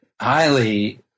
highly